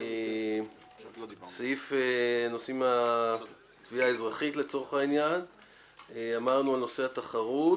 סעיף התביעה האזרחית, אמרנו על נושא התחרות,